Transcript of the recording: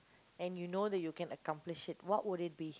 and you know that you can accomplish it what would it be